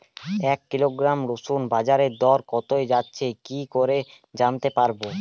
এক কিলোগ্রাম রসুনের বাজার দর কত যাচ্ছে কি করে জানতে পারবো?